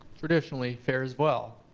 traditionally fares well.